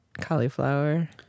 cauliflower